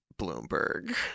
Bloomberg